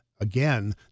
again